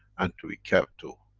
and to be kept to.